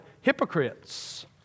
Hypocrites